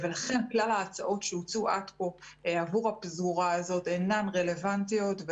ולכן כלל ההצעות שהוצעו עד כה עבור הפזורה הזאת אינן הרלוונטיות.